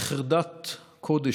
בחרדת קודש,